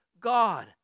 God